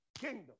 kingdom